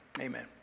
Amen